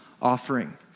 offering